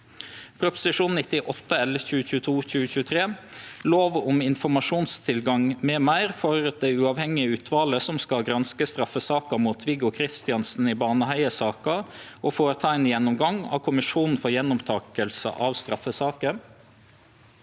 (Prop. 95 L (2022–2023)) – om lov om informasjonstilgang m.m. for det uavhengige utvalget som skal granske straffesaken mot Viggo Kristiansen i Baneheia-saken og foreta en gjennomgang av Kommisjonen for gjenopptakelse av straffesaker